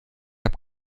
habe